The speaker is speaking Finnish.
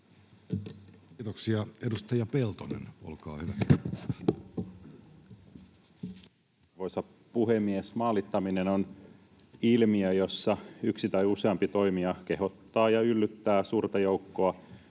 Kiitoksia. — Edustaja Peltonen, olkaa hyvä. Arvoisa puhemies! Maalittaminen on ilmiö, jossa yksi tai useampi toimija kehottaa ja yllyttää suurta joukkoa